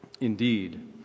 indeed